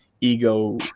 ego